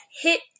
hit